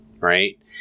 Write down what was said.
Right